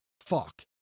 fuck